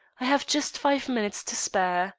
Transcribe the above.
i have just five minutes to spare